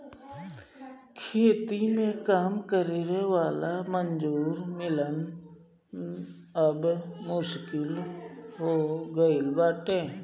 खेती में काम करे वाला मजूर मिलल अब मुश्किल हो गईल बाटे